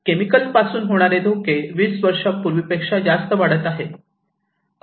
chemical पासून होणारे धोके 20 वर्षां पूर्वीपेक्षा जास्त वाढत आहे